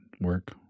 work